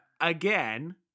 again